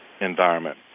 environment